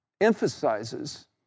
emphasizes